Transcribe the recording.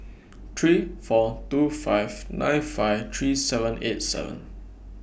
three four two five nine five three seven eight seven